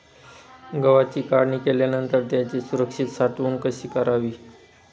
गव्हाची काढणी केल्यानंतर त्याची सुरक्षित साठवणूक कशी करावी?